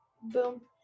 Boom